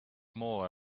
more